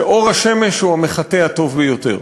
שאור השמש הוא המחטא הטוב ביותר.